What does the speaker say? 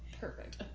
Perfect